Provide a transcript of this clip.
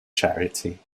charity